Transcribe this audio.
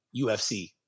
UFC